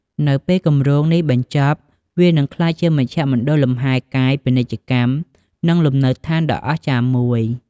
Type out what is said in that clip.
នៅពេលគម្រោងនេះបញ្ចប់ វានឹងក្លាយជា មជ្ឈមណ្ឌលលំហែកាយ ពាណិជ្ជកម្ម និងលំនៅដ្ឋានដ៏អស្ចារ្យមួយ។